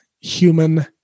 human